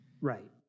right